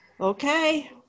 okay